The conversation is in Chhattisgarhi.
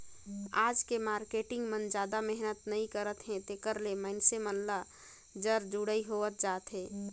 आज के मारकेटिंग मन जादा मेहनत नइ करत हे तेकरे ले मइनसे मन ल जर जुड़ई होवत जात अहे